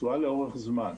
לתשואה לאורך זמן.